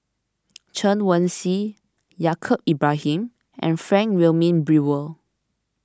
Chen Wen Hsi Yaacob Ibrahim and Frank Wilmin Brewer